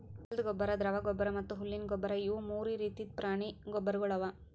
ಹೊಲ್ದ ಗೊಬ್ಬರ್, ದ್ರವ ಗೊಬ್ಬರ್ ಮತ್ತ್ ಹುಲ್ಲಿನ ಗೊಬ್ಬರ್ ಇವು ಮೂರು ರೀತಿದ್ ಪ್ರಾಣಿ ಗೊಬ್ಬರ್ಗೊಳ್ ಅವಾ